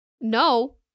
no